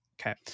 okay